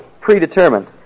predetermined